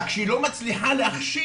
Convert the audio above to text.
רק שהיא לא מצליחה להכשיל,